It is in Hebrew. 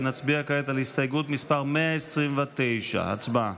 נצביע כעת על הסתייגות מס' 129. הצבעה.